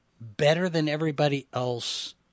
better-than-everybody-else